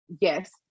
yes